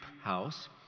house